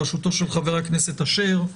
בראשותו של חבר הכנסת אשר,